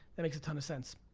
that makes a ton of sense.